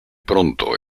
pronto